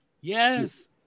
Yes